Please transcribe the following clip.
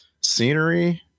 Scenery